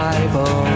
Bible